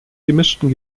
gemischten